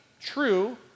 true